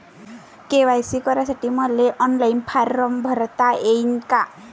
KYC करासाठी मले online form भरता येईन का?